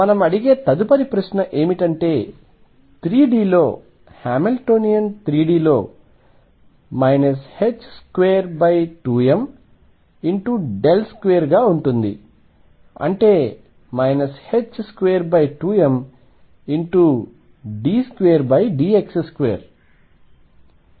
కాబట్టి మనము అడిగే తదుపరి ప్రశ్న ఏమిటంటే 3 D లో హామిల్టోనియన్ 3 D లో 22m 2 గా ఉంటుంది అంటే 22md2dx2